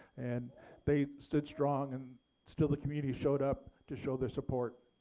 and they stood strong and still the community showed up to show their support.